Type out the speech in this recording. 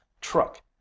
truck